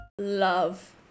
love